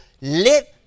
live